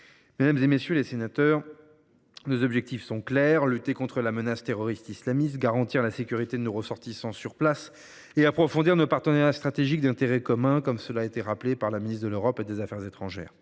encore, pas de double standard ! Nos objectifs sont clairs : lutter contre la menace terroriste islamiste, garantir la sécurité de nos ressortissants sur place et approfondir nos partenariats stratégiques d’intérêts communs, comme cela a été rappelé par la ministre de l’Europe et des affaires étrangères.